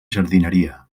jardineria